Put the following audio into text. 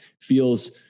feels